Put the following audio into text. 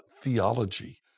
theology